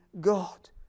God